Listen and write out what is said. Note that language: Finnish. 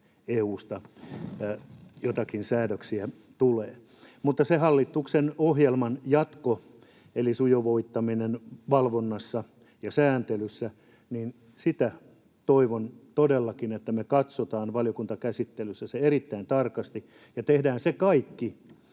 kun EU:sta joitakin säädöksiä tulee. Mutta se hallituksen ohjelman jatko, eli sujuvoittaminen valvonnassa ja sääntelyssä, niin sitä toivon todellakin, että me katsotaan valiokuntakäsittelyssä se erittäin tarkasti ja tehdään kaikki,